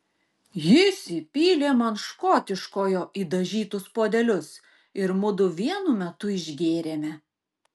jis įpylė man škotiškojo į dažytus puodelius ir mudu vienu metu išgėrėme